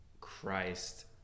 Christ